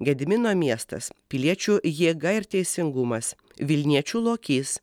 gedimino miestas piliečių jėga ir teisingumas vilniečių lokys